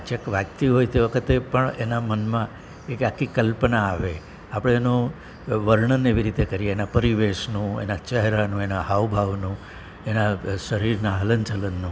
વાચક વાંચતી હોય તે વખતે પણ એના મનમાં એક આખી કલ્પના આવે આપણે એનું વર્ણન એવી રીતે કરીએ એના પરિવેશનો એના ચહેરાનો એના હાવ ભાવનો એના શરીરનાં હલન ચલનનો